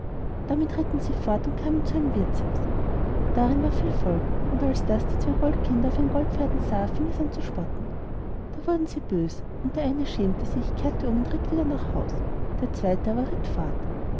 damit ritten sie fort und kamen zu einem wirthshaus darin war viel volk und als das die zwei goldkinder auf den goldpferden sah fing es an zu spotten da wurden sie bös und der eine schämte sich kehrte um und ritt wieder nach haus der zweite aber ritt fort